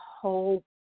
whole